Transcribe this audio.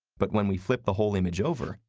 but when we flipped the whole image over,